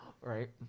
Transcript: right